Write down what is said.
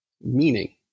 meaning